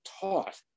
taught